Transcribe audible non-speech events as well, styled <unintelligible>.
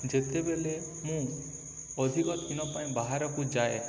ଯେତେବେଳେ ମୁଁ ଅଧିକ <unintelligible> ପାଇଁ ବାହାରକୁ ଯାଏ